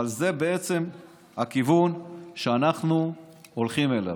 אבל זה הכיוון שאנחנו הולכים אליו.